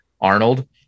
Arnold